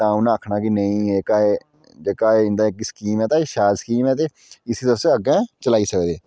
तां उनें आखना कि नेईं जेह्का एह् इक इंदा स्कीम ऐ ता एह् शैल स्कीम ऐ ते इसी तुस अग्गै चलाई सकदे